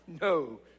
No